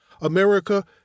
America